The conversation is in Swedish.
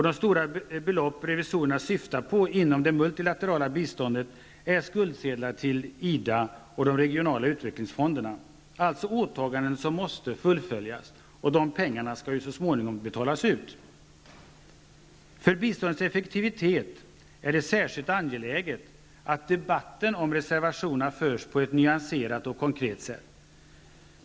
De stora belopp revisorerna syftar på inom det multilaterala biståndet är skuldsedlar till IDA och de regionala utvecklingsfonderna, alltså åtaganden som måste fullföljas. De pengarna skall ju så småningom betalas ut. För biståndets effektivitet är det särskilt angeläget att debatten om reservationerna förs på ett nyanserat och konkret sätt.